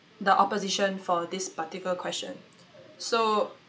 the opposition for this particular question so